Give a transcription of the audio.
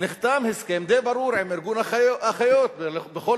נחתם הסכם די ברור עם ארגון האחיות בכל